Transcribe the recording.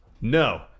No